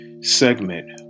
segment